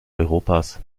europas